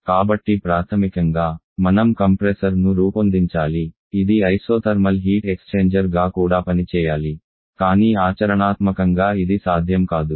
కాబట్టి ప్రాథమికంగా మనం కంప్రెసర్ను రూపొందించాలి ఇది ఐసోథర్మల్ హీట్ ఎక్స్ఛేంజర్గా కూడా పనిచేయాలి కానీ ఆచరణాత్మకంగా ఇది సాధ్యం కాదు